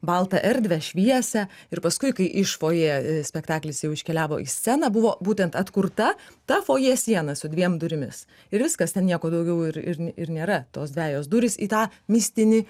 baltą erdvę šviesią ir paskui kai iš fojė spektaklis jau iškeliavo į sceną buvo būtent atkurta ta foje siena su dviem durimis ir viskas ten nieko daugiau ir ir ir nėra tos dvejos durys į tą mistinį